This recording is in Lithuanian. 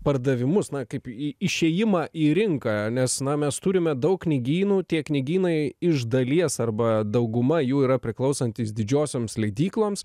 pardavimus na kaip į įšėjimą į rinką nes na mes turime daug knygynų tie knygynai iš dalies arba dauguma jų yra priklausantys didžiosioms leidykloms